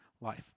life